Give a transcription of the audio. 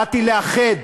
באתי לאחד.